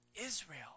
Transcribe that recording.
Israel